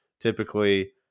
typically